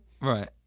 Right